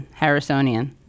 Harrisonian